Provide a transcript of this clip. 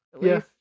Yes